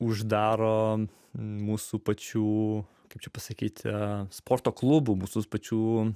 uždaro mūsų pačių kaip čia pasakyti sporto klubų mūsų pačių